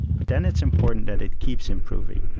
but then it's important that it keeps improving.